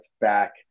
back